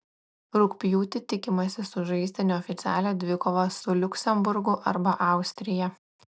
rugpjūtį tikimasi sužaisti neoficialią dvikovą su liuksemburgu arba austrija